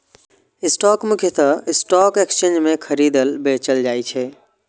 stock मुख्यतः stock exchange मे खरीदल, बेचल जाइ छै